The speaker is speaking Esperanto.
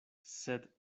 sed